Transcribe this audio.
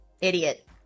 idiot